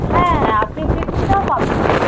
হ্যাঁ আপনি সে সুবিধাও পাবেন আমাদের